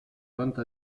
vente